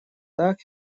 так